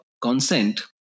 consent